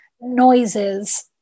noises